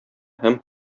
һәм